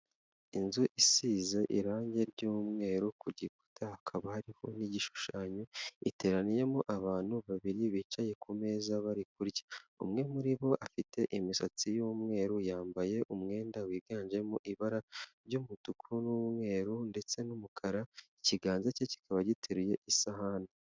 Inzu isize irange ry'umweru ku gikuta hakaba hariho n'igishushanyo, iteraniyemo abantu babiri bicaye ku meza bari kurya, umwe muri bo afite imisatsi y'umweru yambaye umwenda wiganjemo ibara ry'umutuku n'umweru ndetse n'umukara, ikiganza ke kikaba giteruye isahani.